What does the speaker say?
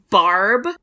Barb